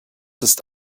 ist